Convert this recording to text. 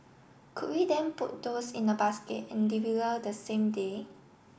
could we then put those in a basket and deliver the same day